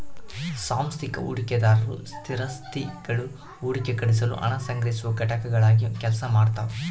ಸಾಂಸ್ಥಿಕ ಹೂಡಿಕೆದಾರರು ಸ್ಥಿರಾಸ್ತಿಗುಳು ಹೂಡಿಕೆ ಖರೀದಿಸಲು ಹಣ ಸಂಗ್ರಹಿಸುವ ಘಟಕಗಳಾಗಿ ಕೆಲಸ ಮಾಡ್ತವ